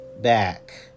back